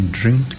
drink